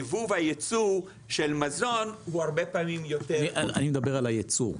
הייבא והייצוא של מזון הוא הרבה פעמים יותר --- אני מדבר על הייצור.